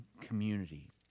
community